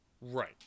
Right